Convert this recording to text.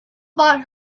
bought